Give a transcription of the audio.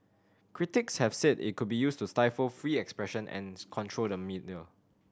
critics have said it could be used to stifle free expression and control the media